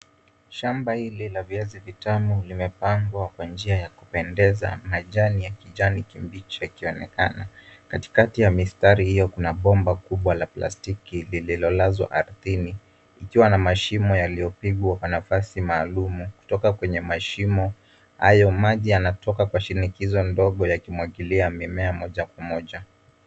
Shamba hili la viazi vitamu limepabwa kwa njia ya kupendeza, majani ya kijani kibichi yakionekana. Katikati ya mistari hiyo kuna bomba kubwa la plastiki lililolazwa ardhini ikiwa na mashimo yaliyopigwa nafasi maalumu. Kutoka kwenye mashimo hayo maji yanatoka kwa shinikizo ndogo yakimwagilia mimea moja kwa moja.